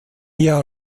jahr